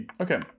Okay